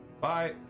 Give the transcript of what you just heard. Bye